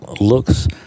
looks